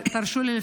תרשו לי,